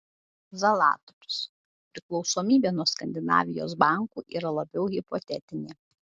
zalatorius priklausomybė nuo skandinavijos bankų yra labiau hipotetinė